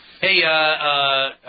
Hey